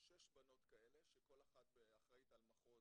שש בנות כאלה שכל אחת אחראית על מחוז